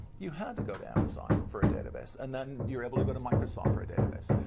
you had to go to amazon for a database, and then you're able to go to microsoft for a database.